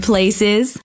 places